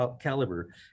caliber